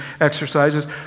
exercises